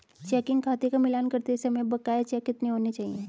Checking खाते का मिलान करते समय बकाया चेक कितने होने चाहिए?